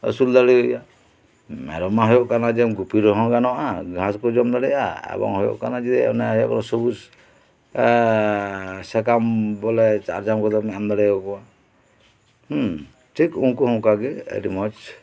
ᱟᱹᱥᱩᱞ ᱫᱟᱲᱮ ᱟᱭᱟ ᱢᱮᱨᱚᱢ ᱢᱟ ᱦᱩᱩᱜ ᱠᱟᱱᱟ ᱜᱩᱯᱤ ᱨᱮᱦᱚᱸᱢ ᱜᱟᱱᱚᱜᱼᱟ ᱜᱷᱟᱸᱥ ᱠᱚ ᱡᱚᱢ ᱫᱟᱲᱮᱭᱟᱜᱼᱟ ᱮᱵᱚᱝ ᱦᱩᱭᱩᱜ ᱠᱟᱱᱟ ᱡᱮ ᱚᱱᱮ ᱥᱩᱵᱩᱡ ᱥᱟᱠᱟᱢ ᱵᱚᱞᱮ ᱧᱟᱢ ᱠᱟᱛᱮᱢ ᱮᱢ ᱫᱟᱲᱮ ᱟᱠᱚᱭᱟ ᱴᱷᱤᱠ ᱩᱱᱠᱩ ᱦᱚᱸ ᱚᱱᱠᱟ ᱜᱮ ᱟᱹᱰᱤ ᱢᱚᱸᱡᱽ